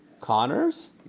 connors